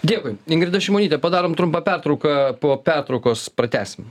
dėkui ingrida šimonytė padarom trumpą pertrauką po pertraukos pratęsim